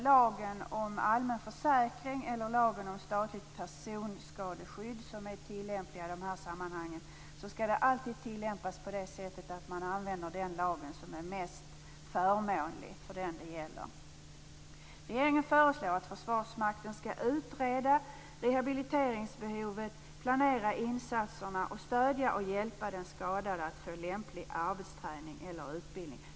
Lagen om allmän försäkring eller lagen om statligt personskadeskydd, som är tillämpliga i de här sammanhangen, skall alltid användas så att man åberopar den lag som är mest förmånlig för den som det gäller. Regeringen föreslår att Försvarsmakten skall utreda rehabiliteringsbehovet, planera insatserna samt stödja och hjälpa den skadade att få lämplig arbetsträning eller utbildning.